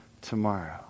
tomorrow